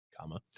comma